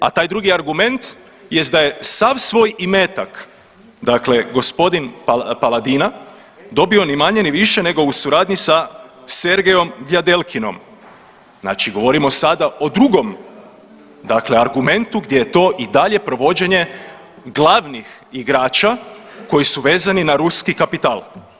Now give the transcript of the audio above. A taj drugi argument jest da je sav svoj imetak, dakle gospodin Paladina dobio ni manje ni više u suradnji sa Sergejom Diadelkinom, znači govorimo sada o drugom dakle argumentu gdje je to i dalje provođenje gladnih igrača koji su vezani na ruski kapital.